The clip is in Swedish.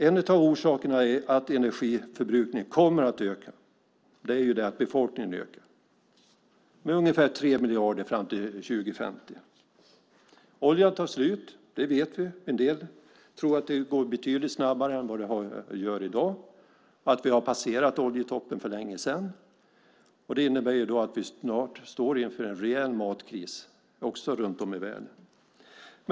En av orsakerna är att energiförbrukningen kommer att öka, eftersom befolkningen ökar med ungefär tre miljarder fram till 2050. Oljan tar slut, det vet vi. En del tror att det kommer att gå betydligt snabbare än det gör i dag, att vi har passerat oljetoppen för länge sedan. Det innebär att vi snart står inför en rejäl matkris runt om i världen.